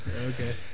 okay